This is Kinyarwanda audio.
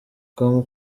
com